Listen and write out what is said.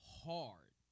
hard